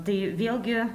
tai vėlgi